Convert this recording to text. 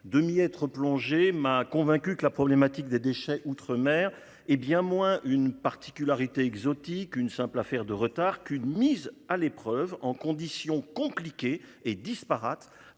de y être plongé m'a convaincu que la problématique des déchets outre-mer hé bien moins une particularité exotique, une simple affaire de retard qu'une mise à l'épreuve en conditions compliquées et disparate